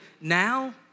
now